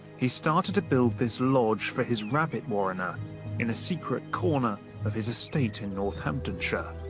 he started to build this lodge for his rabbit warrener in a secret corner of his estate in northamptonshire